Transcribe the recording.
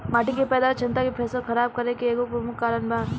माटी के पैदावार क्षमता भी फसल खराब करे के एगो प्रमुख कारन बा